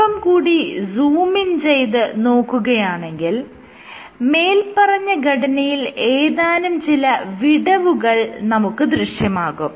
അല്പം കൂടി zoom in ചെയ്ത് നോക്കുകയാണെങ്കിൽ മേല്പറഞ്ഞ ഘടനയിൽ ഏതാനും ചില വിടവുകൾ നമുക്ക് ദൃശ്യമാകും